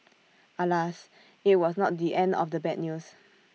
alas IT was not the end of the bad news